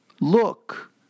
look